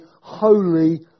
Holy